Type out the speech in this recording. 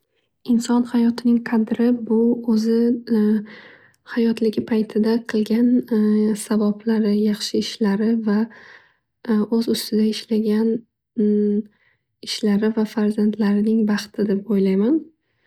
Inson hayotining qadri bu o'zi hayotligi paytida qilgan savoblari yaxshi ishlari va o'z ustida ishlagan umm ishlari va farzandlarining baxti deb o'ylayman.